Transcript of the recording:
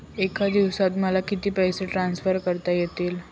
एका दिवसात मला किती पैसे ट्रान्सफर करता येतील?